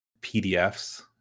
pdfs